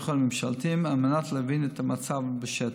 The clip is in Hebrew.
חולים ממשלתיים על מנת להבין את המצב בשטח.